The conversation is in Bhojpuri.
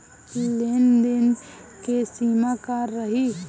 लेन देन के सिमा का रही?